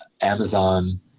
Amazon